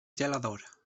gelador